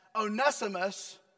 Onesimus